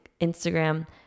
Instagram